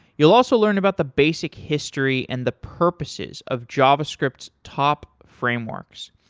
you'll also learn about the basic history and the purposes of javascript's top frameworks.